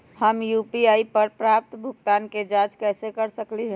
हम यू.पी.आई पर प्राप्त भुगतान के जाँच कैसे कर सकली ह?